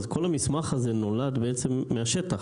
אז כל המסמך הזה נולד בעצם מהשטח.